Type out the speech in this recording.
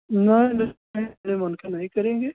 नहीं नहीं अपने मन का नहीं करेंगे